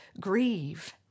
grieve